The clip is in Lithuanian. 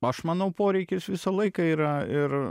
aš manau poreikis visą laiką yra ir